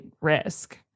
risk